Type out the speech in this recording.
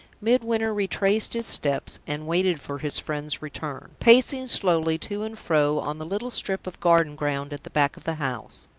midwinter retraced his steps, and waited for his friend's return, pacing slowly to and fro on the little strip of garden ground at the back of the house.